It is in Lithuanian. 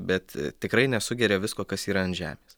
bet tikrai nesugeria visko kas yra ant žemės